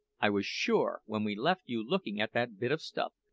i was sure, when we left you looking at that bit of stuff,